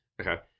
Okay